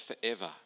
forever